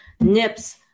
nips